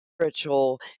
spiritual